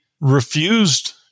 refused